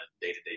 day-to-day